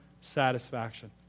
satisfaction